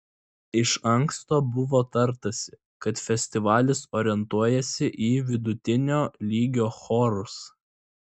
iš anksto buvo tartasi kad festivalis orientuojasi į vidutinio lygio chorus